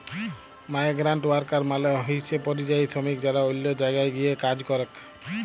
migrant worker মালে হইসে পরিযায়ী শ্রমিক যারা অল্য জায়গায় গিয়ে কাজ করেক